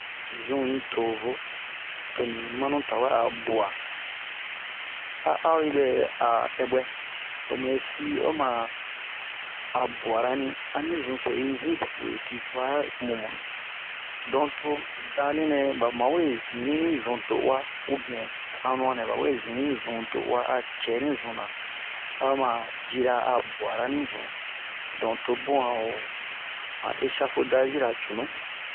zun yi to vo to ni manu tawɛ a buwa a a o yiɓɛ a ɛɓɛ ho muyɛsi oma a buwara ni ani zun so yi hin po uwe tuwi cuha mumɔnnu donk to danre nɛ ɓa mawe zinni ni zun do'uwa ubiyɛn hannuwan nɛ ɓa wee zinni ni zun do'uwa a cɛ ni zun na ama jira a buwara ni zun donk to bun a ho han eshafodaze-ra cunu